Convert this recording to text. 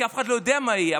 כי אף אחד לא יודע מה יהיה.